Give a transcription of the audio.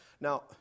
Now